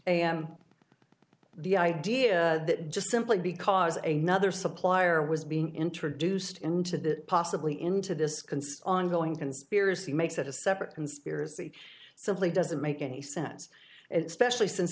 am the idea that just simply because a nother supplier was being introduced into the possibly into this concert ongoing conspiracy makes it a separate conspiracy simply doesn't make any sense at specially since